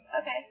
Okay